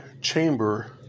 chamber